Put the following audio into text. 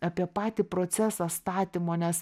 apie patį procesą statymo nes